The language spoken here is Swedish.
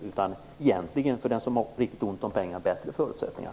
För den som har riktigt ont om pengar blir det egentligen bättre förutsättningar.